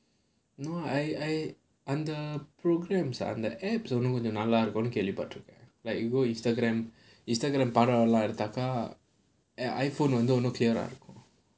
no I I under programs under applications இன்னும் கொஞ்சம் நல்லா இருக்கும்னு கேள்வி பட்டுருக்கேன்:innum konjam nallaa irukkumnu kelvi patturukkaen like you go Instagram Instagram படம் நல்லா எடுத்தாக்க:padam nallaa eduthaakka iPhone வந்து:vanthu clear ah இருக்கும்:irukkum